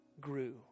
grew